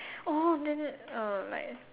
oh then uh like